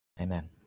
Amen